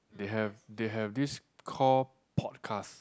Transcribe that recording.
they have they have this called podcast